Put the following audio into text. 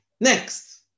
Next